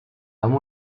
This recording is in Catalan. amb